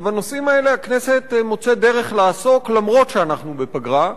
ובנושאים האלה הכנסת מוצאת דרך לעסוק אף שאנחנו בפגרה.